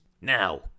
Now